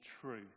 true